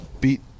beat